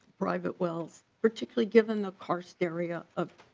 private wells particularly given the karst area of.